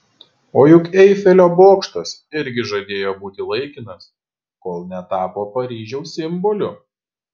o juk eifelio bokštas irgi žadėjo būti laikinas kol netapo paryžiaus simboliu